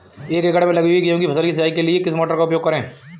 एक एकड़ में लगी गेहूँ की फसल की सिंचाई के लिए किस मोटर का उपयोग करें?